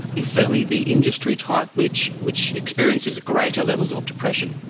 is certainly the industry type which which experiences greater levels of depression.